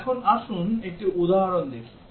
এখন আসুন একটি উদাহরণ দেখি